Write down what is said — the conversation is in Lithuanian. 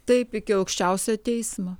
taip iki aukščiausiojo teismo